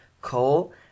Cole